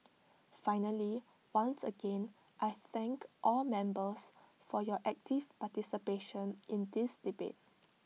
finally once again I thank all members for your active participation in this debate